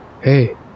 Hey